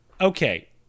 Okay